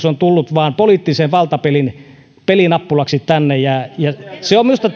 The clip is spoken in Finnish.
on tullut vain poliittisen valtapelin pelinappulaksi tänne on minusta